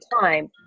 time